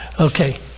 Okay